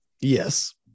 yes